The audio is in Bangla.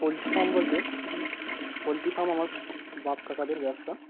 পোলট্রি ফার্ম বলতে পোলট্রি ফার্ম আমার বাপ কাকাদের ব্যবসা